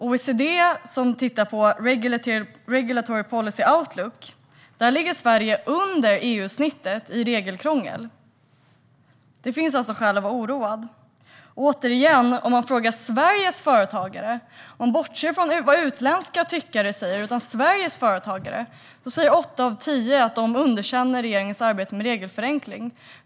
OECD gör en regulatory policy outlook. Där ligger Sverige under EU-snittet i regelkrångel. Det finns alltså skäl att vara oroad. Låt oss titta på vad Sveriges företagare säger - vi bortser från vad utländska tyckare säger. Åtta av tio säger att de underkänner regeringens arbete med regelförenkling.